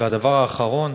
והדבר האחרון,